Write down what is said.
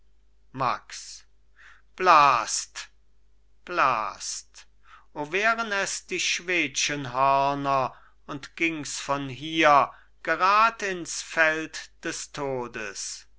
max blast blast o wären es die schwedschen hörner und gings von hier gerad ins feld des todes